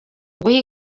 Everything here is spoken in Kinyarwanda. nguhe